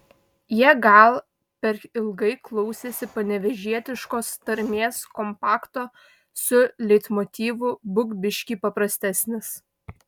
jie gal per ilgai klausėsi panevėžietiškos tarmės kompakto su leitmotyvu būk biškį paprastesnis